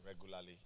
regularly